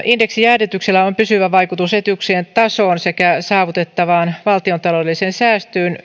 indeksijäädytyksellä on pysyvä vaikutus etuuksien tasoon sekä saavutettavaan valtiontaloudelliseen säästöön